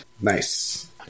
Nice